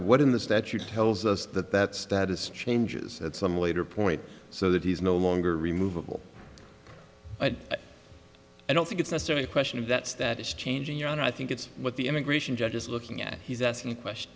what in the statute tells us that that status changes at some later point so that he's no longer removable i don't think it's necessary a question of that's that is changing your own i think it's what the immigration judge is looking at he's asking a question